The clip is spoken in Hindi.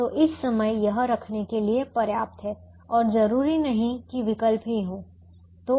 तो इस समय यह रखने के लिए पर्याप्त है और जरूरी नहीं कि विकल्प ही हों